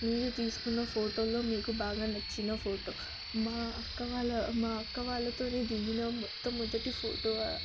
మీరు తీసుకున్న ఫోటోలో మీకు బాగా నచ్చిన ఫోటో మా అక్కవాళ్ళ మా అక్క వాళ్ళతో దిగిన మొట్ట మొదటి ఫోటో